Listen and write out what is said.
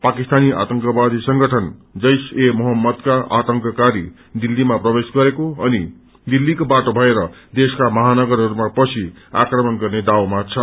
पाकिस्तानी आतंकवादी संगठन जैश ए मोहम्मदका आतंककारी दिल्तीमा प्रवेश गरेको अनि दिल्तीको बाटो भएर देशका महानगरहरूमा पसी आक्रमण गर्ने दाउमा छन्